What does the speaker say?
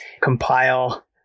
compile